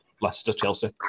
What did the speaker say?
Leicester-Chelsea